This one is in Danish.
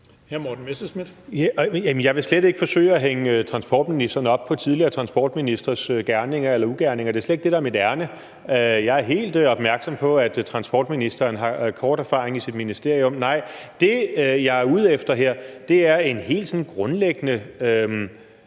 jeg vil slet ikke forsøge at hænge transportministeren op på tidligere transportministres gerninger eller ugerninger. Det er slet ikke det, der er mit ærinde. Jeg er helt opmærksom på, at transportministeren har kort erfaring i sit ministerium. Nej, det, jeg er ude efter her, er at få udtrykt en helt grundlæggende